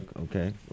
Okay